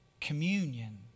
communion